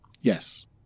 yes